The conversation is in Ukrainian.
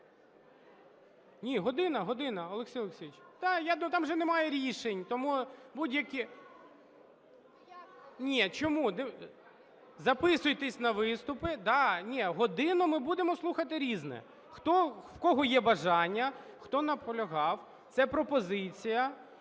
Ні, година, година. Олексій Олексійович, так, там же немає рішень, тому будь-які… Ні, чому… Записуйтесь на виступи, да, годину ми будемо слухати "Різне". В кого є бажання, хто наполягав, це пропозиція,